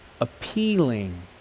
appealing